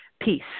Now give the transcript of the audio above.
peace